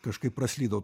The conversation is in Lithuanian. kažkaip praslydau